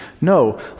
No